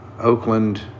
Oakland